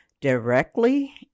directly